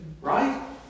right